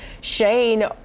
Shane